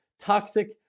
toxic